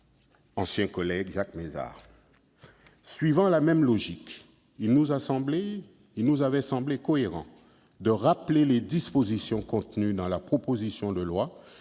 ancien collègue Jacques Mézard. Suivant la même logique, il nous avait semblé cohérent de rappeler les dispositions contenues dans la loi pour le